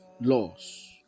laws